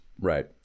Right